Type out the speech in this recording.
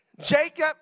Jacob